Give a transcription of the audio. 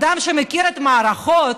אדם שמכיר את המערכות,